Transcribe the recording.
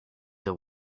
the